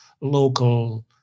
local